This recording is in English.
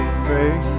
pray